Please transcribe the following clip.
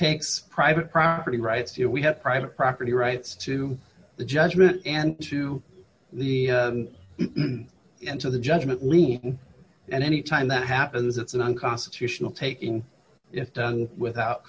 takes private property rights you know we have private property rights to the judgment and to the and to the judgment lien and any time that happens it's unconstitutional taking it down without